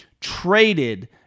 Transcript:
traded